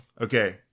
Okay